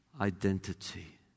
identity